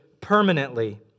permanently